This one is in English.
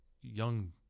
young